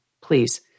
please